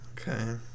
Okay